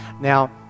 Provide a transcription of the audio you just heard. Now